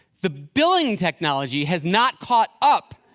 the billing technology has not caught up.